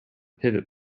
pivot